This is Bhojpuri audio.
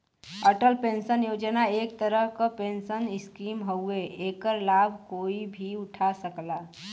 अटल पेंशन योजना एक तरह क पेंशन स्कीम हउवे एकर लाभ कोई भी उठा सकला